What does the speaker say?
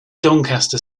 doncaster